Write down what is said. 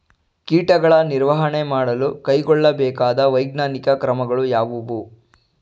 ಕೀಟಗಳ ನಿರ್ವಹಣೆ ಮಾಡಲು ಕೈಗೊಳ್ಳಬೇಕಾದ ವೈಜ್ಞಾನಿಕ ಕ್ರಮಗಳು ಯಾವುವು?